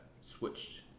switched